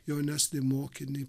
jaunesnį mokinį